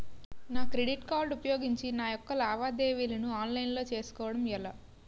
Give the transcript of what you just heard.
నా credit card ఉపయోగించి నా యెక్క లావాదేవీలను ఆన్లైన్ లో చేసుకోవడం ఎలా?